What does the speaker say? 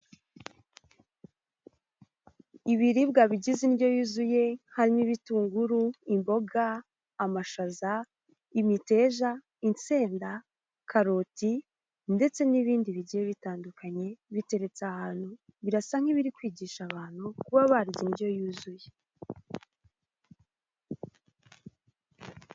Ibiribwa bigize indyo yuzuye harimo ibitunguru, imboga, amashaza, imiteja, insenda, karoti, ndetse n'ibindi bigiye bitandukanye biteretse ahantu, birasa nk'ibiri kwigisha abantu kuba barya indyo yuzuye.